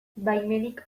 baimenik